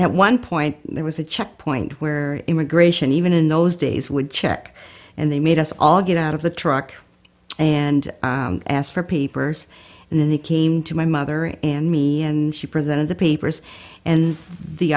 at one point there was a checkpoint where immigration even in those days would check and they made us all get out of the truck and ask for peepers and then they came to my mother and me and she presented the papers and the